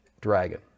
Dragon